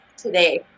Today